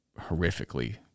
horrifically